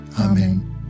Amen